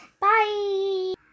Bye